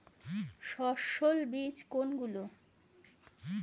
সস্যল বীজ কোনগুলো?